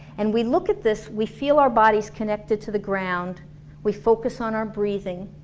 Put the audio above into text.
and we look at this, we feel our bodies connected to the ground we focus on our breathing